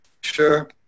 Sure